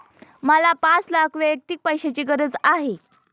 मला पाच लाख वैयक्तिक पैशाची गरज आहे